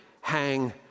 Hang